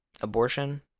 Abortion